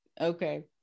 Okay